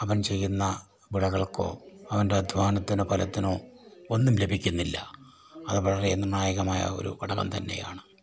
അവൻ ചെയ്യുന്ന വിളകൾക്കോ അവൻ്റെ അധ്വാനത്തിനോ ഫലത്തിനോ ഒന്നും ലഭിക്കുന്നില്ല അത് വളരെ നിർണായകമായ ഒരു ഘടകം തന്നെയാണ്